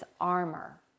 armor